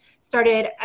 started